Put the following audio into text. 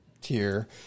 tier